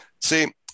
See